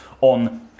on